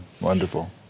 Wonderful